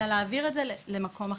אלא להעביר את זה למקום אחר.